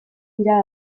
dira